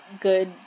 good